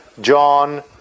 John